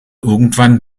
irgendwann